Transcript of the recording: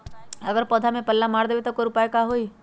अगर पौधा में पल्ला मार देबे त औकर उपाय का होई?